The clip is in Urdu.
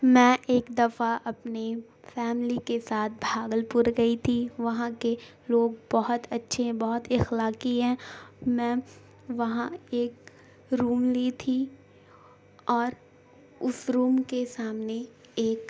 میں ایک دفعہ اپنے فیملی کے ساتھ بھاگل پور گئی تھی وہاں کے لوگ بہت اچھے ہیں بہت اخلاقی ہیں میں وہاں ایک روم لی تھی اور اس روم کے سامنے ایک